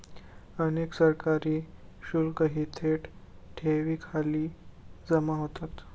अनेक सरकारी शुल्कही थेट ठेवींखाली जमा होतात